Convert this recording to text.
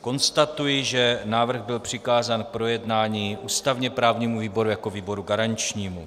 Konstatuji, že návrh byl přikázán k projednání ústavněprávnímu výboru jako výboru garančnímu.